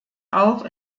auch